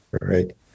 Right